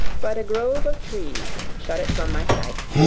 but a grove of trees shut it from my sight.